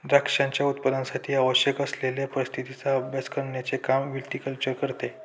द्राक्षांच्या उत्पादनासाठी आवश्यक असलेल्या परिस्थितीचा अभ्यास करण्याचे काम विटीकल्चर करते